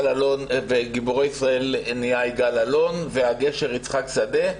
רחוב גיבורי ישראל הפך ליגאל אלון ורחוב הגשר הפך לרחוב יצחק שדה.